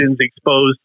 exposed